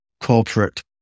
corporate